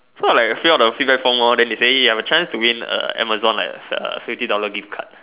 so I like fill up the feedback form lor then they say eh I have a chance to win a Amazon like a fifty dollar gift card